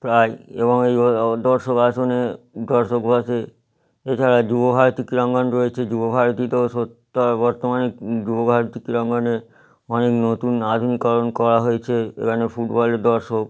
প্রায় এবং এই দর্শক আসনে দর্শক বসে এছাড়া যুবভারতী ক্রীড়াঙ্গন রয়েছে যুবভারতীতেও বর্তমানে যুবভারতী ক্রীড়াঙ্গনে অনেক নতুন আধুনিকরণ করা হয়েছে এখানে ফুটবলের দর্শক